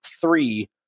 three